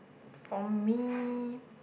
from me